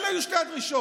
אלה היו שתי הדרישות.